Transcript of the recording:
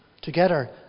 together